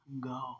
go